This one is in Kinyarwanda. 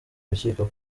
urukiko